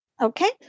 Okay